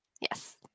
Yes